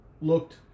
looked